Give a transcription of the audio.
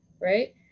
right